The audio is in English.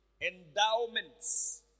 endowments